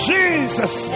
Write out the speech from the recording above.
Jesus